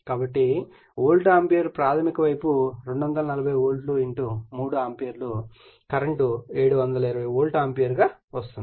కాబట్టి volt ampere ప్రాధమిక వైపు 240 volt 3 ampere current 720 volt ampere గా లభిస్తుంది